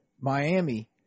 Miami